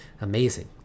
Amazing